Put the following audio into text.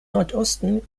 nordosten